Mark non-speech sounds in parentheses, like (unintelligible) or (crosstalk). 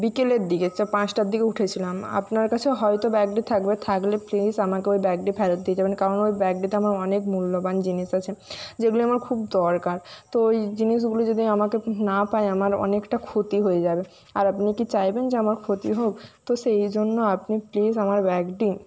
বিকেলের দিকে (unintelligible) পাঁচটার দিকে উঠেছিলাম আপনার কাছে হয়তো ব্যাগটি থাকবে থাকলে প্লিজ আমাকে ওই ব্যাগটি ফেরত দিয়ে যাবেন কারণ ওই ব্যাগটিতে আমার অনেক মূল্যবান জিনিস আছে যেগুলো আমার খুব দরকার তো ওই জিনিসগুলো যদি আমাকে না পাই আমার অনেকটা ক্ষতি হয়ে যাবে আর আপনি কি চাইবেন যে আমার ক্ষতি হোক তো সেই জন্য আপনি প্লিজ আমার ব্যাগটি